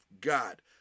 God